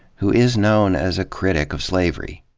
who is known as a critic of slavery.